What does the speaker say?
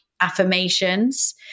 affirmations